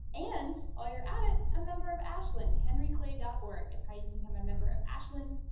and while you're at it, a member of ashland, henryclay dot org is how you become a member of ashland,